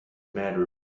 matter